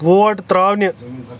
what ترٛاوٕنہِ